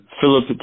Philip